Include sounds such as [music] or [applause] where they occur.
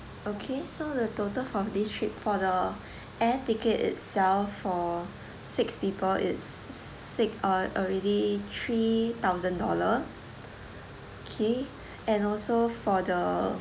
okay so the total for this trip for the [breath] air ticket itself for six people is six uh already three thousand dollar okay and also for the